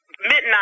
midnight